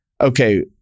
okay